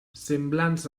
semblants